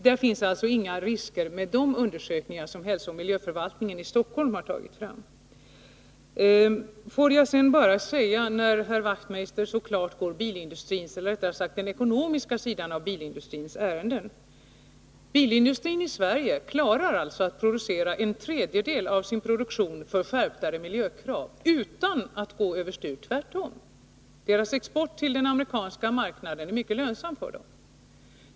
Där finns inga risker med de undersökningar som hälsooch miljöförvaltningen i Stockholm har gjort. När Knut Wachtmeister så klart går ärenden åt den ekonomiska sidan av bilindustrin vill jag bara säga att bilindustrin i Sverige ju klarar en tredjedel av sin produktion med skärpta miljökrav utan att gå över styr. Tvärtom, dess export till den amerikanska marknaden är mycket lönsam.